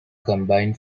combined